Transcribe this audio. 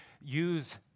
Use